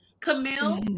Camille